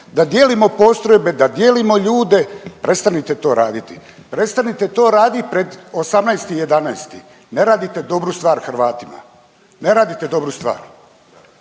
da dijelimo postrojbe, da dijelimo ljude, prestanite to raditi. Prestanite to radit pred 18.11., ne radite dobru stvar Hrvatima, ne radite dobru stvar.